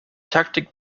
taktik